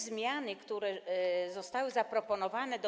Zmiany, które zostały zaproponowane do